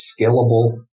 scalable